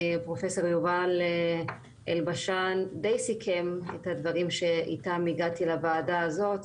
פרופ' יובל אלבשן די סיכם את הדברים שאיתם הגעתי לוועדה הזאת.